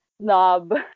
snob